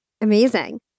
Amazing